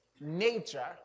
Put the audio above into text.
nature